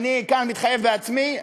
אני כאן מתחייב בעצמי,